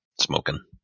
smoking